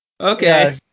Okay